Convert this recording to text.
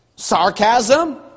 sarcasm